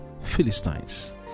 Philistines